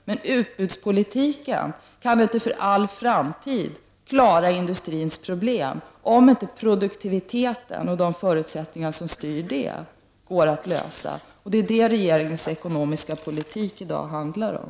Men utbudspolitiken kan inte för all framtid bidra till att klara industrins problem, om vi inte också löser problemen med produktiviteten och de faktorer som styr den. Det är vad regeringens ekonomiska politik i dag handlar om.